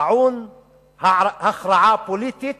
טעון הכרעה פוליטית,